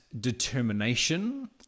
determination